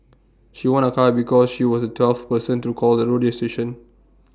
she won A car because she was the twelfth person to call the radio station